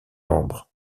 membres